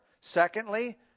Secondly